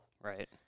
Right